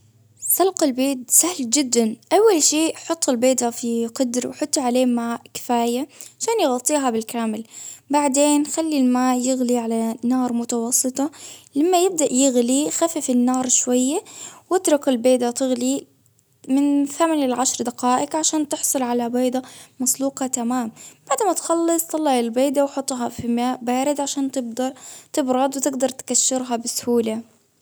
سلق البيض سهل جدا، أول شي حط البيضة في قدر وحطي عليه مية كفاية عشان يغطيها بالكامل، بعدين خلي الماي يغلي على نار متوسطة، لما يبدأ يغلي يخفف النار شوية ،وأترك البيضة تغلي من ثماني لعشر دقائق ،عشان تحصل على بيضة مسلوقة كمان، بعد ما تخلص طلعي البيضة ،وحطها في ماء بارد عشان تفضل تبرد وتقدر تقشرها بسهولة.